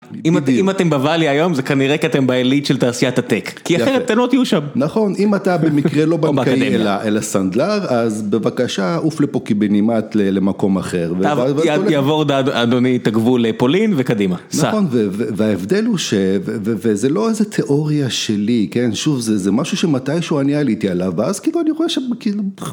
אם אתם בוואלי היום זה כנראה כי אתם בעלית של תעשיית הטק כי אחרת אתם לא תהיו שם, נכון אם אתה במקרה לא באקדמיה אלא סנדלר אז בבקשה עוף לפה קיבינימט, למקום אחר. ואז יעבור אדוני את הגבול לפולין וקדימה, וההבדל הוא שזה לא איזה תיאוריה שלי כן שוב זה, זה משהו שמתישהו אני עליתי עליו ואז כאילו אני רואה שם כאילו.